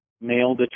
male